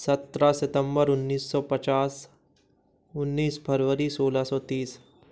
सत्रह सितम्बर उन्नीस सौ पचास उन्नीस फरबरी सोलह सौ तीस